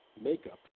makeup